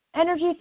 energy